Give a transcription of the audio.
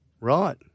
Right